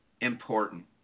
important